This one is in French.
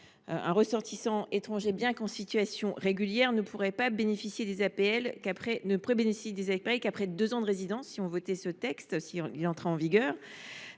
Un ressortissant étranger, bien qu’en situation régulière, ne pourrait bénéficier des APL qu’après deux ans de résidence si ce texte était adopté et entrait en vigueur.